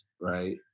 right